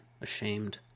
ashamed